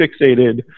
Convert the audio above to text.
fixated